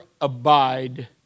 abide